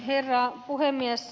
herra puhemies